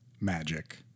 magic